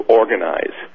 organize